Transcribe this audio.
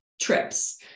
trips